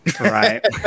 Right